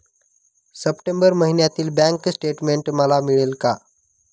September महिन्यातील bank statement मला मिळेल का?